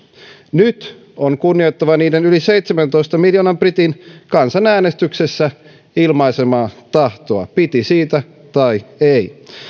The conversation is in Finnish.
nyt on kunnioitettava niiden yli seitsemäntoista miljoonan britin kansanäänestyksessä ilmaisemaa tahtoa piti siitä tai ei